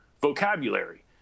vocabulary